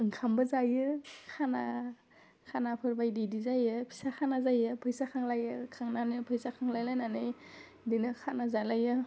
ओंखामबो जायो खाना खानाफोर बायदि बिदि जायो फिसा खाना जायो फैसा खांलायो खांनानै फैसा खांलाय लायनानै बिदिनो खाना जालायो